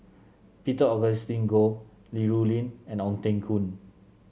Peter Augustine Goh Li Rulin and Ong Teng Koon